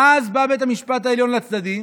ואז בא בית המשפט העליון לצדדים